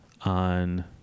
on